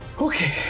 Okay